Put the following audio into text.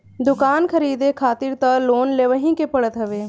दुकान खरीदे खारित तअ लोन लेवही के पड़त हवे